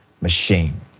machine